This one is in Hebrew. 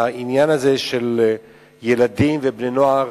העניין הזה של ילדים ובני-נוער